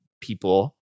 people